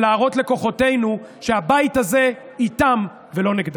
ולהראות לכוחותינו שהבית הזה איתם ולא נגדם.